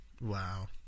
Wow